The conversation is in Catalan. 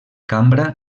cambra